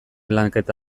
lanketa